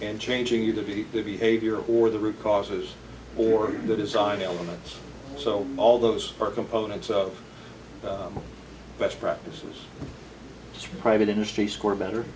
and changing you to be the behavior or the root causes or the design element so all those are components of best practices private industry score better